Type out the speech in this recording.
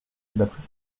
d’après